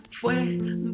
fue